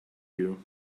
you